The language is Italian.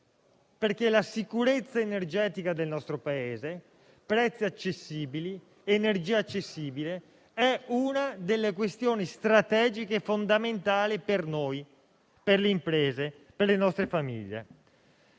La sicurezza energetica del nostro Paese, prezzi ed energia accessibili costituiscono questioni strategiche fondamentali per noi, per le imprese e le nostre famiglie.